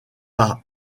par